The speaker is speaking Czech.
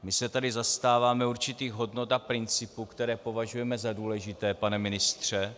My se tady zastáváme určitých hodnot a principů, které považujeme za důležité, pane ministře.